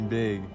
big